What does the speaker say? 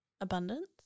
abundance